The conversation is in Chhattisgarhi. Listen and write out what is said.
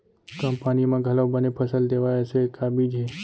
कम पानी मा घलव बने फसल देवय ऐसे का बीज हे?